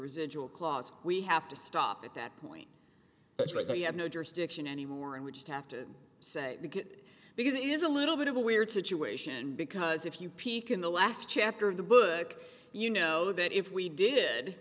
residual clause we have to stop at that point it's like they have no jurisdiction anymore and we just have to say because it is a little bit of a weird situation because if you peek in the last chapter of the book you know that if we did